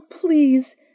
please